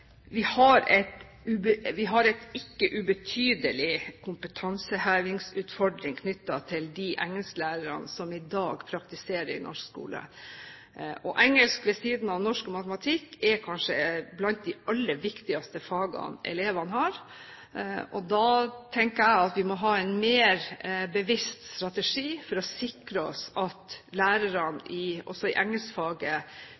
har en ikke ubetydelig kompetansehevingsutfordring knyttet til de engelsklærerne som i dag praktiserer i norsk skole. Engelsk er, ved siden av norsk og matematikk, kanskje blant de aller viktigste fagene elevene har. Da tenker jeg at vi må ha en mer bevisst strategi for å sikre oss at